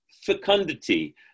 fecundity